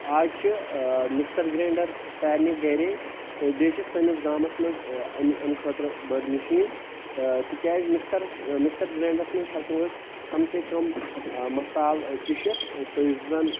آز چھِ mixer grinder سارنٕے گرے تہٕ بییٚہِ چھٕ سٲنِس گامس منٛز امہِ امہِ خٲطرٕ بٔڈۍ مشیٖن تہِ کیاز مکسرس مکسر گراینٚڈرس منٛز ہیٚکو أسۍ کم سے کم مسال پِشتھ تہٕ یُس زن